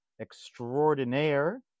extraordinaire